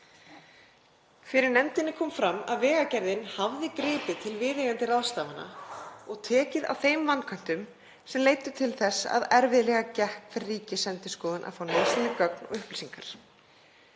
Fyrir nefndinni kom fram að Vegagerðin hefði gripið til viðeigandi ráðstafana og tekið á þeim vanköntum sem leiddu til þess að erfiðlega gekk fyrir Ríkisendurskoðun að fá nauðsynleg gögn og upplýsingar.